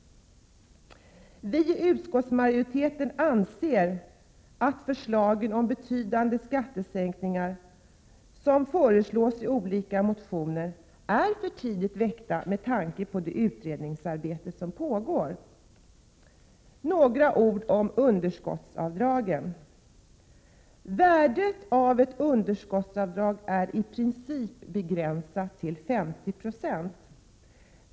Viiutskottsmajoriteten anser att de förslag om betydande skattesänkningar som förts fram i olika motioner är för tidigt väckta med tanke på det utredningsarbete som pågår. Några ord om underskottsavdragen. Värdet av ett underskottsavdrag är i princip begränsat till 50 26.